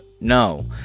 No